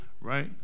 right